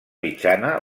mitjana